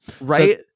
right